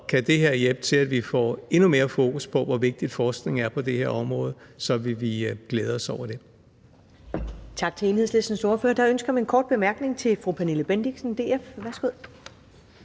kan det her hjælpe til, at vi får endnu mere fokus på, hvor vigtig forskning er på det her område, så vil vi glæde os over det.